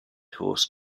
horse